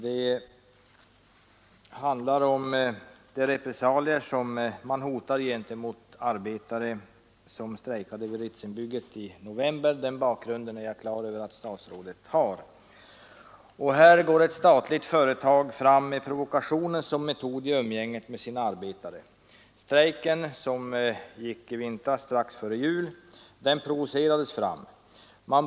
Det handlar om de repressalier som Vattenfall hotar med gentemot arbetare som strejkade vid Ritsembygget i november. Den bakgrunden tror jag att statsrådet är på det klara med. Här går ett statligt företag fram med provokationer som metod i umgänget med sina arbetare. Strejken strax före jul provocerades fram.